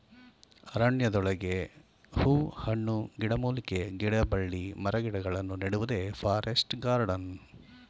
ಅರಣ್ಯದೊಳಗೆ ಹೂ ಹಣ್ಣು, ಗಿಡಮೂಲಿಕೆ, ಗಿಡಬಳ್ಳಿ ಮರಗಿಡಗಳನ್ನು ನೆಡುವುದೇ ಫಾರೆಸ್ಟ್ ಗಾರ್ಡನ್